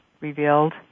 revealed